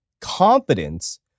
confidence